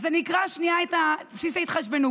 אז אני אקרא שנייה את "בסיס ההתחשבנות",